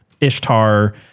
Ishtar